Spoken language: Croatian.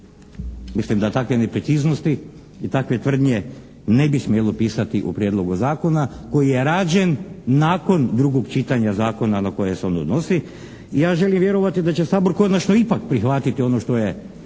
mislim da takve nepreciznosti i takve tvrdnje ne bi smjelo pisati u prijedlogu zakona koji je rađen nakon drugog čitanja zakona na koji se on odnosi. Ja želim vjerovati da će Sabor konačno ipak prihvatiti ono što je Hrvatska